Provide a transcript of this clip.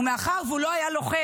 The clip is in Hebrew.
ומאחר שהוא לא היה לוחם,